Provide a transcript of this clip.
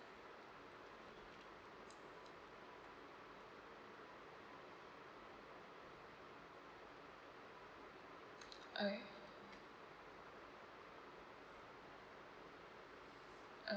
alright uh